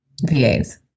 VAs